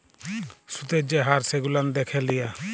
সুদের যে হার সেগুলান দ্যাখে লিয়া